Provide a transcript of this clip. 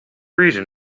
reason